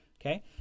Okay